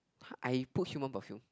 I put human perfume